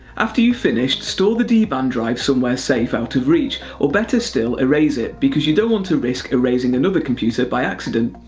after you've finished, store the dban drive somewhere safe out of reach, or better still erase it, because you don't want to risk erasing another computer by accident.